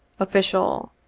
official.